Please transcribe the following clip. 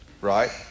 right